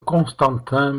constantin